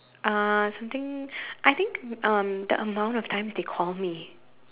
uh something I think um the amount of times they call me